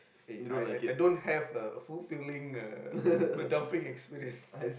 eh I I I don't have a fulfilling uh dumpling experience